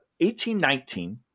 1819